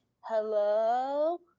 hello